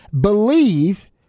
believe